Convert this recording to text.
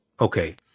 Okay